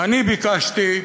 אני ביקשתי,